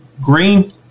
green